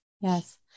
Yes